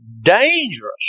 dangerous